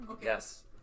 Yes